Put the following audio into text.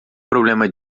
problema